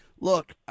Look